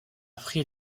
pris